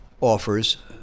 offers